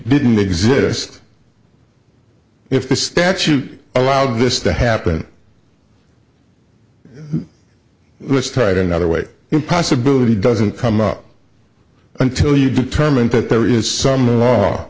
didn't exist if the statute allowed this to happen which tried another way the possibility doesn't come up until you determine that there is some law